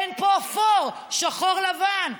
אין פה אפור, שחור-לבן.